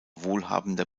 wohlhabender